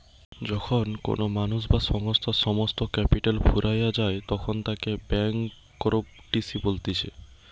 যখন কোনো মানুষ বা সংস্থার সমস্ত ক্যাপিটাল ফুরাইয়া যায়তখন তাকে ব্যাংকরূপটিসি বলতিছে